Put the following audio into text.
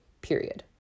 period